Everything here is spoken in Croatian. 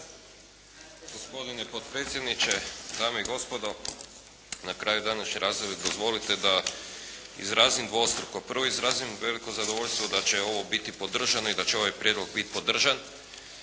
Gospodine potpredsjedniče, dame i gospodo. Na kraju današnje rasprave dozvolite da izrazim dvostruko. Prvo, izrazim veliko zadovoljstvo da će ovo biti podržano i daće ovaj prijedlog biti podržan.